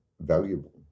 valuable